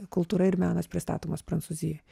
kultūra ir menas pristatomas prancūzijoj